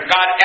God